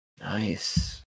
Nice